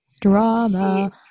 Drama